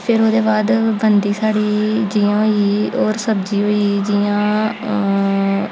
फिर ओह्दे बाद बनदी साढ़ी जि'यां होई होर सब्ज़ी होई जि'यां